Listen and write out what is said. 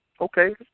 Okay